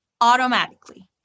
automatically